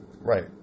right